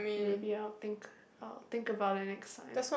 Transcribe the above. maybe I will think I will think about it the next time